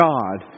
God